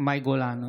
מאי גולן,